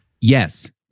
Yes